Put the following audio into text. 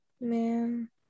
man